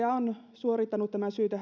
suorittanut tämän syyteharkinnan